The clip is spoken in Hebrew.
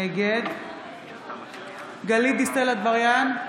נגד גלית דיסטל אטבריאן,